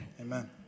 Amen